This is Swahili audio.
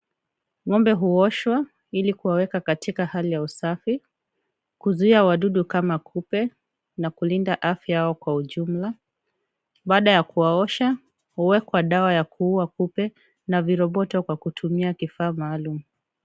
Ng'ombe huoshwa ili kuwaweka katika hali ya usafi, kuzuia wadudu kama vile kupe na kulinda afya yao kwa jumla. Baada ya kuwaosha huwekwa dawa ya kuua kupe na viroboto kwa kutumia kifaa maalum.